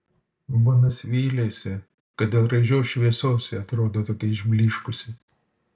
bunas vylėsi kad dėl raižios šviesos ji atrodo tokia išblyškusi